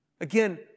Again